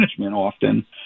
often